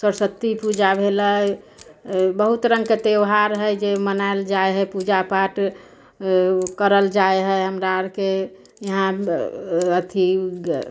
सरस्वती पूजा भेलै बहुत रङ्गके त्यौहार हइ जे मनायल जाइ हइ पूजापाठ करल जाइ हइ हमरा आरके इहाँ अथी